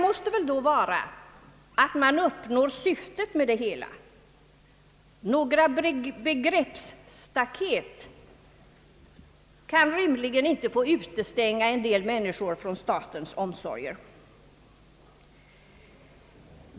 måste väl då vara att man uppnår själva syftet — några begreppsstaket kan rimligen inte få utestänga en del människor från statens omsorger.